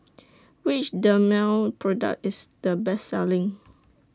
Which Dermale Product IS The Best Selling